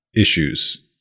issues